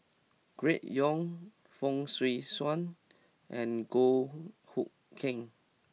Gregory Yong Fong Swee Suan and Goh Hood Keng